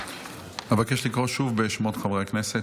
אבקש לקרוא שוב בשמות חברי הכנסת.